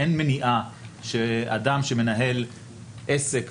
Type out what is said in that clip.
אין מניעה שאדם שמנהל עסק,